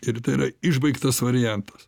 ir tai yra išbaigtas variantas